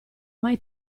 mai